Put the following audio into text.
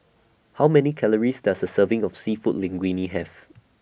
How Many Calories Does A Serving of Seafood Linguine Have